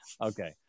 Okay